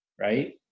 right